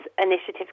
initiative